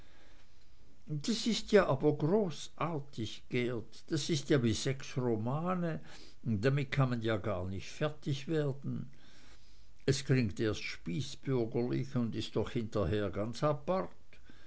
das ist ja aber großartig geert das ist ja wie sechs romane damit kann man ja gar nicht fertig werden es klingt erst spießbürgerlich und ist doch hinterher ganz apart